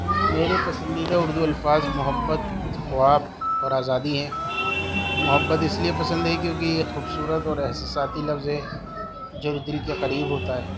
میرے پسندیدہ اردو الفاظ محبت خواب اور آزادی ہیں محبت اس لیے پسند ہےکیونکہ یہ خوبصورت اور احساساتی لفظ ہے جو دل کے قریب ہوتا ہے